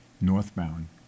northbound